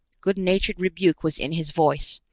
good-natured rebuke was in his voice.